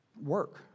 work